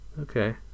Okay